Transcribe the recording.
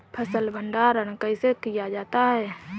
फ़सल भंडारण कैसे किया जाता है?